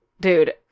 Dude